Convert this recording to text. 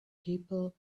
people